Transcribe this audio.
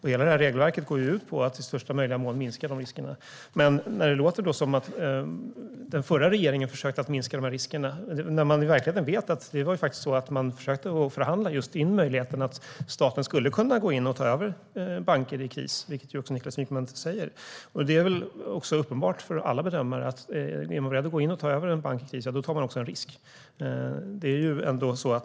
Hela regelverket går ut på att i största möjliga mån minska riskerna. Det låter som att den förra regeringen försökte minska riskerna, men vi vet att den i verkligheten försökte förhandla in just möjligheten för staten att gå in och ta över banker i kris. Det säger Niklas Wykman också. Det är väl uppenbart för alla bedömare att den som är beredd att gå in och ta över en bank också tar en risk.